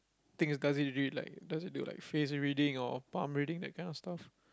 things does it really like does it do like face reading or palm reading that kind of stuff